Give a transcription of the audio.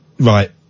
Right